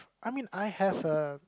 I mean I have a